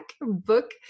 book